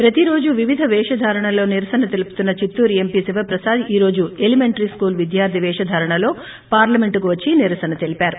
ప్రతీరోజు వివీధ వేషధారణలతో నిరసన తెలుపుతున్న చిత్తూరు ఎంపీ శివప్రసాద్ ఈరోజు ఎలిమెంటరీ స్కూల్ విద్యార్థి పేషధారణలో పార్లమెంటుకు వచ్చి నిరసన తెలిపారు